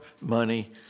money